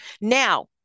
Now